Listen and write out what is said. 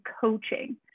coaching